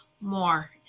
more